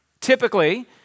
Typically